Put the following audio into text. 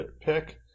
pick